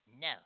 no